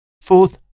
Fourth